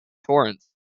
torrance